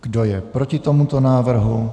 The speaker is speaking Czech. Kdo je proti tomuto návrhu?